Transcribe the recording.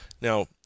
Now